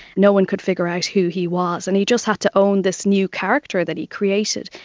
no one could figure out who he was. and he just had to own this new character that he created.